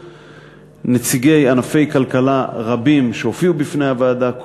ונציגי ענפי כלכלה רבים שהופיעו בפני הוועדה,